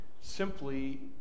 Simply